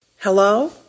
Hello